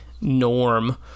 norm